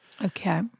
Okay